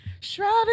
Shrouded